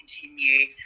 continue